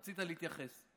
רצית להתייחס.